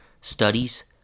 studies